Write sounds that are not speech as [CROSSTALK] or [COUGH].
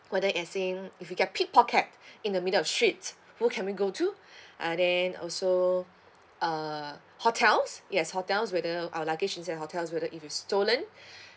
whether as in if we get pick pocket [BREATH] in the middle of street who can we go to [BREATH] uh then also uh hotels yes hotels whether our luggage is inside the hotels whether if it's stolen [BREATH]